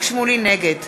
נגד